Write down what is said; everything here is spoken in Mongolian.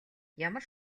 ямар